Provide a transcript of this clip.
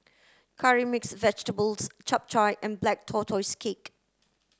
curry mixed vegetables Chap Chai and black tortoise cake